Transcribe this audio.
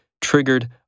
triggered